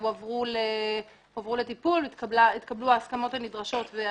הועברו לטיפול והתקבלו ההסכמות הנדרשות.